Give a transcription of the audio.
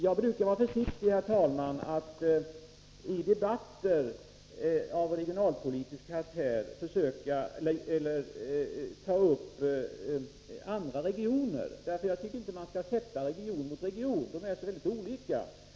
Jag brukar vara försiktig, herr talman, med att i debatter av regionalpolitisk karaktär göra jämförelser mellan regioner. Jag tycker inte att man skall ställa region mot region. De är alla mycket olika.